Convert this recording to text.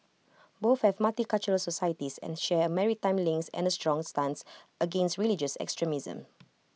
both have multicultural societies and share maritime links and A strong stance against religious extremism